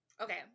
Okay